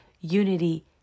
unity